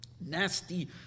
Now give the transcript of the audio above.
nasty